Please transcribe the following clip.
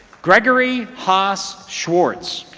gregory hass schwartz